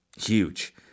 huge